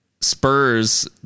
Spurs